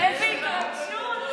איזו התרגשות.